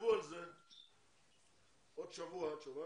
תחשבו על זה, עוד שבוע, את שומעת?